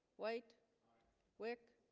wait wick